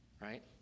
Right